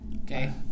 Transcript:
Okay